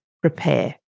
prepare